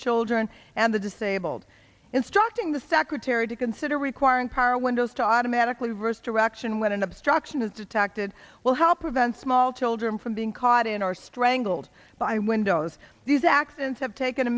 children and the disabled instructing the secretary to consider requiring car windows to automatically reverse direction when an obstruction is detected will help prevent small children from being caught in or strangled by windows these accidents have taken a